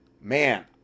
Man